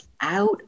out